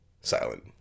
silent